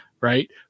right